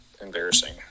Embarrassing